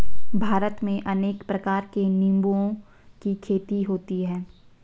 भारत में अनेक प्रकार के निंबुओं की खेती होती है